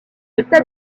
delta